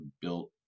built